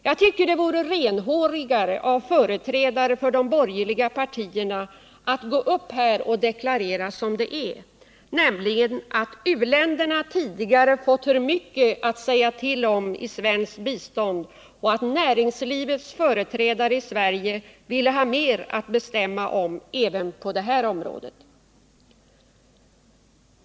Jag tycker det vore renhårigare av företrädare för de borgerliga partierna att gå upp här och deklarera som det är, nämligen att u länderna tidigare fått för mycket att säga till om i svenskt bistånd och att näringslivets företrädare i Sverige vill ha mer att bestämma om även på detta område.